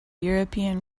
european